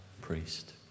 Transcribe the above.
priest